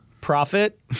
Profit